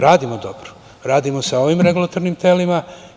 Radimo dobro, radimo sa ovim regulatornim telima.